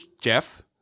Jeff